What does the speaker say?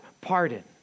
pardon